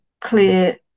clear